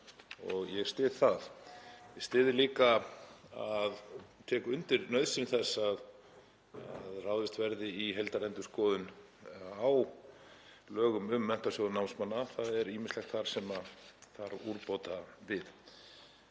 og ég styð það. Ég tek líka undir nauðsyn þess að ráðist verði í heildarendurskoðun á lögum um Menntasjóð námsmanna, það er ýmislegt þar sem þarf úrbóta við.